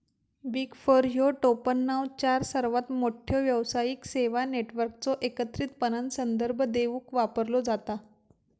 big four ह्यो टोपणनाव चार सर्वात मोठ्यो व्यावसायिक सेवा नेटवर्कचो एकत्रितपणान संदर्भ देवूक वापरलो जाता